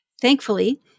Thankfully